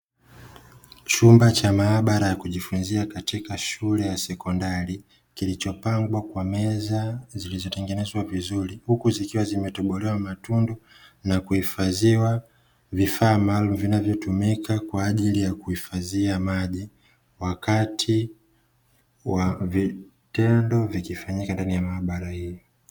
Chumba cha mahabara cha shule ya sekondari kilichopangwa kwa meza zilizotengenezwa vizuri huku zikiwa zimetobolewa matundu yakuhifadhia vifaa maalumu, za kutumika kwajili ya kuhifadhia maji wakati wa vitendo vikifanyika ndani ya mahabara hiyo.